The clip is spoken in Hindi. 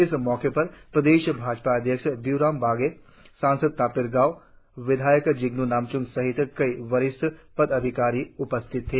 इस मौके पर प्रदेश भाजपा अध्यक्ष बिय्राम वाघे सांसद तापिर गाव विधायक जिगनू नामच्म सहित कई वरिष्ठ पदाधिकारी उपस्थित थे